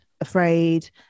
afraid